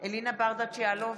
אלינה ברדץ' יאלוב,